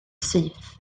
syth